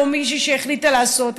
או מישהי שהחליטה לעשות,